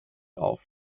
auf